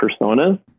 personas